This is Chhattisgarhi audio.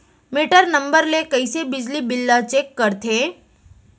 मीटर नंबर ले कइसे बिजली बिल ल चेक करथे?